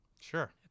Sure